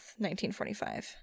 1945